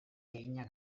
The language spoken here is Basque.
eginak